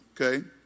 Okay